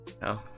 No